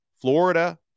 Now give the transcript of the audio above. florida